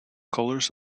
colors